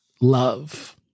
love